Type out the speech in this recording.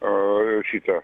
o šita